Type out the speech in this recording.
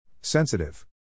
Sensitive